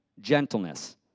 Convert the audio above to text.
gentleness